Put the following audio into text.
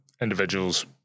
individuals